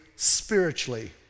Spiritually